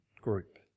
group